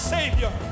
Savior